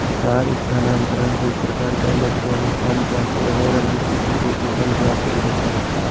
तार स्थानांतरण एक प्रकार का इलेक्ट्रोनिक फण्ड ट्रांसफर है रमेश इसी से तो फंड ट्रांसफर करता है